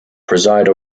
preside